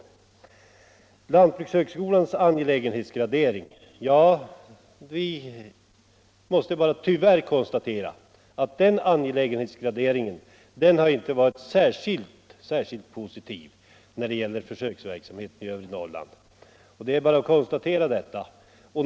När det gäller lantbrukshögskolans angelägenhetsgradering måste vi tyvärr konstatera att denna inte varit särskilt positiv till försöksverksamheten i övre Norrland. Det är bara att konstatera det.